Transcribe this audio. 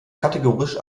kategorisch